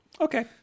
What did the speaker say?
Okay